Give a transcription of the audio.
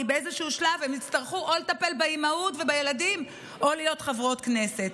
כי באיזשהו שלב הן יצטרכו או לטפל באימהות ובילדים או להיות חברות כנסת.